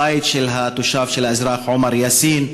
הבית של האזרח עומאר יאסין,